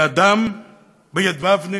לאדם בידוובנה,